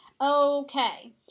Okay